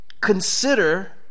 Consider